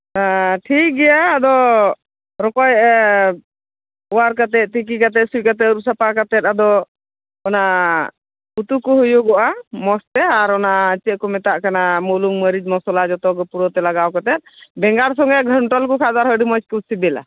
ᱦᱮᱸ ᱴᱷᱤᱠᱜᱮᱭᱟ ᱟᱫᱚ ᱨᱚᱠᱚᱡ ᱚᱣᱟᱨ ᱠᱟᱛᱮᱫ ᱛᱤᱠᱤ ᱠᱟᱛᱮᱫ ᱥᱩᱭ ᱠᱟᱛᱮᱫ ᱟᱹᱨᱩᱯ ᱥᱟᱯᱷᱟ ᱠᱟᱛᱮᱫ ᱟᱫᱚ ᱚᱱᱟ ᱩᱛᱩ ᱠᱚ ᱦᱩᱭᱩᱜᱚᱜᱼᱟ ᱢᱚᱡᱽ ᱛᱮ ᱟᱨ ᱚᱱᱟ ᱪᱮᱫ ᱠᱚ ᱢᱮᱛᱟᱜ ᱠᱟᱱᱟ ᱵᱩᱞᱩᱝ ᱢᱟᱹᱨᱤᱪ ᱢᱚᱥᱞᱟ ᱡᱚᱛᱚ ᱠᱚ ᱯᱩᱨᱟᱹ ᱛᱮ ᱞᱟᱜᱟᱣ ᱠᱟᱛᱮᱫ ᱵᱮᱸᱜᱟᱲ ᱥᱚᱸᱜᱮ ᱜᱷᱚᱱᱴᱚ ᱞᱮᱠᱚ ᱠᱷᱟᱱ ᱟᱨᱦᱚᱸ ᱟᱹᱰᱤ ᱢᱚᱡᱽ ᱠᱚ ᱥᱤᱵᱤᱞᱟ